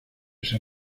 ser